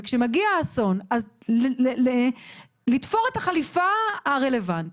וכשמגיע האסון לתפור את החליפה הרלוונטית.